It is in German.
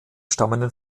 stammenden